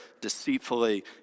deceitfully